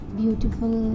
beautiful